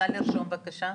נא לרשום בבקשה.